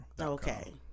Okay